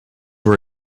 were